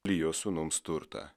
lijo sūnums turtą